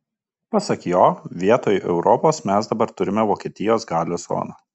pasak jo vietoj europos mes dabar turime vokietijos galios zoną